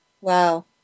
Wow